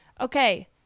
Okay